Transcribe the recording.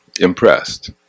impressed